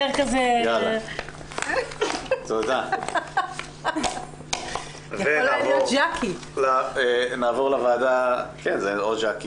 אגב, לסבא שלי קראו ז'קי